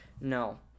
No